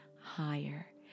higher